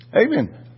Amen